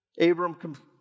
Abram